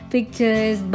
Pictures